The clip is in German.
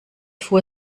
fuhr